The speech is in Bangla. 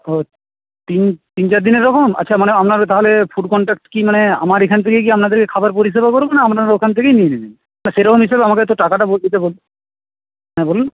ও তিন তিন চারদিনের এরকম আচ্ছা মানে আপনার তাহলে ফুড কন্ট্রাক্ট কি মানে আমার এখান থেকেই কি আপনাদের খাবার পরিষেবা করব না আপনারা ওখান থেকেই নিয়ে নেবেন তা সেরকম হিসেবে আমাকে তো টাকাটা বলে দিতে হবে হ্যাঁ বলুন